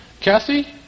Cassie